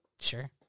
Sure